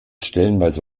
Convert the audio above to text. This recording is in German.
stellenweise